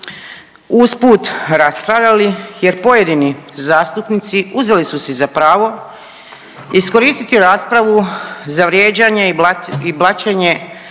usput raspravljali jer pojedini zastupnici uzeli su si za pravo iskoristiti raspravu za vrijeđanje i blaćenje